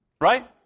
Right